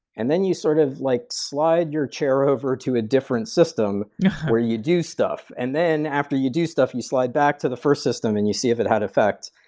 and then you sort of like slide your chair over to a different system where you do stuff. and then, after you do stuff, you slide back to the first system and you see if it had effect.